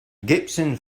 gibson